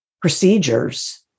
procedures